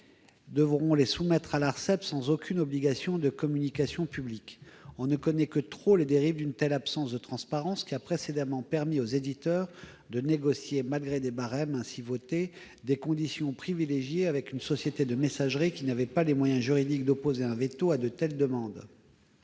devront les soumettre à l'Arcep sans aucune obligation de communication publique. On ne connaît que trop les dérives d'une telle absence de transparence, qui a précédemment permis aux éditeurs de négocier, malgré les barèmes ainsi votés, des conditions privilégiées avec une société de messagerie qui n'avait pas les moyens juridiques d'opposer un veto à de telles demandes.